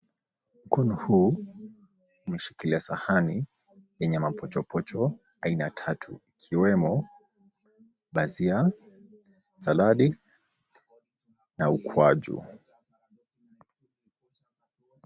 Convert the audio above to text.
Mkono huu umeshikilia sahani yenye mapochopocho aina tatu, ikiwemo bajia, saladi na ukwaju.